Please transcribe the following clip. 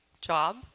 job